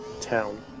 town